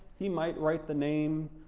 he might write the name